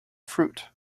fruit